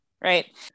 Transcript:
right